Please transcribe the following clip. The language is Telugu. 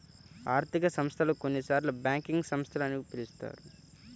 ఆర్థిక సంస్థలు, కొన్నిసార్లుబ్యాంకింగ్ సంస్థలు అని పిలుస్తారు